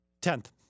Tenth